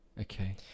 Okay